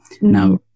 now